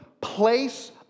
place